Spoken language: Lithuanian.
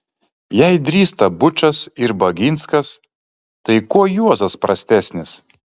jei drįsta bučas ir baginskas tai kuo juozas prastesnis